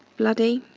bloody.